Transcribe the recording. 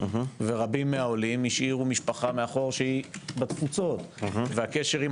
ורבים מהעולים השאירו משפחה מאחור שהיא בתפוצות והקשר עם